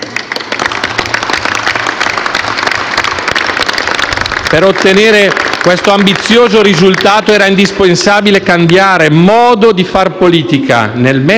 Per ottenere questo ambizioso risultato era indispensabile cambiare modo di far politica, nel metodo